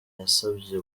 yasabye